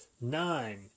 nine